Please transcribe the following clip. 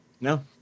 No